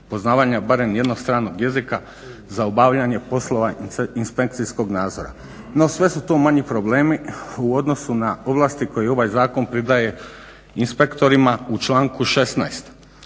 poznavanja barem jednog stranog jezika za obavljanje poslova inspekcijskog nadzora. No, sve su to manji problemi u odnosu na ovlasti koje ovaj zakon pridaje inspektorima u članku 16.